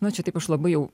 na čia taip aš labai jau